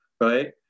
right